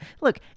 Look